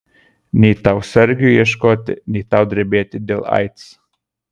nei tau sargių ieškoti nei tau drebėti dėl aids